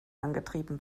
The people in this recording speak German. angetrieben